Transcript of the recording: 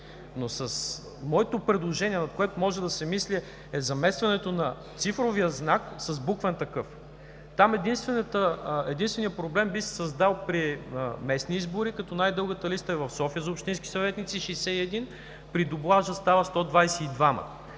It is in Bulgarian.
Но моето предложение, над което може да се мисли, е заместването на цифровия знак с буквен такъв. Там единственият проблем би се създал при местни избори, като най-дългата листа в София за общински съветници е 61, а при дублажа става 122.